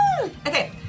Okay